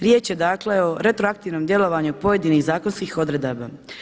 Riječ je dakle o retroaktivnom djelovanju pojedinih zakonskih odredaba.